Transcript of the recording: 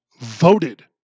voted